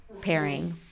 pairing